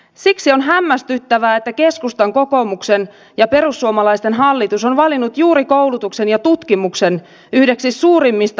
siksi on hämmästyttävää että keskustan kokoomuksen ja perussuomalaisten hallitus on valinnut juuri koulutuksen ja tutkimuksen yhdeksi suurimmista leikkauskohteistaan